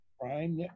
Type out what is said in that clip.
prime